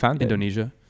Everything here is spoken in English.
Indonesia